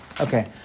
Okay